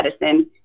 medicine